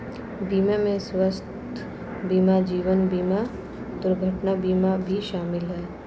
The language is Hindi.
बीमा में स्वास्थय बीमा जीवन बिमा दुर्घटना बीमा भी शामिल है